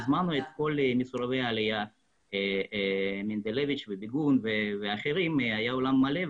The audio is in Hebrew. הזמנו את כל משרדי העלייה והאולם היה מלא.